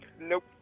nope